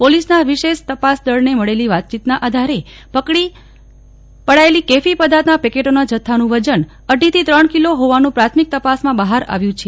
પોલીસના વિશેષ તપાસદળને મળેલી વાતચીતના આધારે પકડી પડાયેલી કેફી પદાર્થના પેકેટોના જથ્થાનું વજન અઢીથી ત્રણ કિલો હોવાનું પ્રાથમિક તપાસમાં બહાર આવ્યું છે